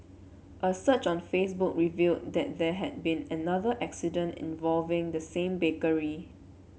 a search on Facebook revealed that there had been another incident involving the same bakery